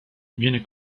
viene